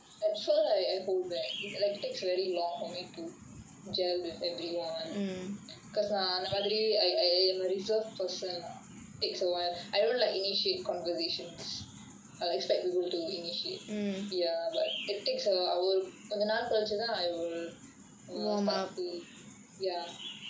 at first I I hold back like takes very long for me to gel with everyone because நான் அந்த மாதிரி:naan antha maathiri I I I am a reserve person lah it takes awhile I don't initiate conversations I expect people to initiate ya but it take a while I will கொஞ்ச நாள் கழுச்சு தான்:konja naal kalichu thaan I will start to ya